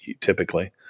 typically